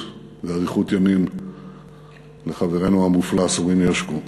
ואריכות ימים לחברנו המופלא סורין הרשקו.